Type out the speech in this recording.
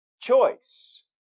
choice